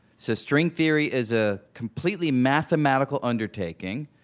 so string theory is a completely mathematical undertaking,